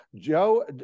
Joe